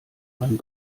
man